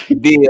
Bill